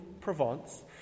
Provence